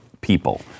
people